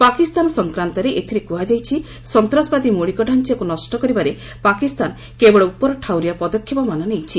ପାକିସ୍ତାନ ସଂକ୍ରାନ୍ତରେ ଏଥିରେ କୁହାଯାଇଛି ସନ୍ତାସବାଦୀ ମୌଳିକଡାଞ୍ଚାକୃ ନଷ୍ଟ କରିବାରେ ପାକିସ୍ତାନ କେବଳ ଉପରଠାଉରିଆ ପଦକ୍ଷେପମାନ ନେଇଛି